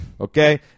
Okay